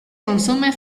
consume